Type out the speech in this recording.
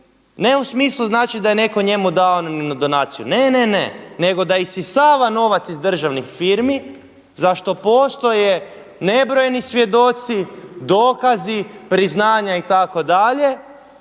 ne u smislu znači da je netko njemu dao donaciju, ne, ne, ne, nego da isisava novac iz državnih firmi za što postoje nebrojeni svjedoci, dokazi, priznanja itd.